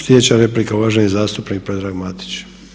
Sljedeća replika, uvaženi zastupnik Predrag Matić.